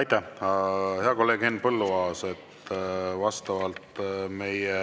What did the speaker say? Aitäh! Hea kolleeg Henn Põlluaas, vastavalt meie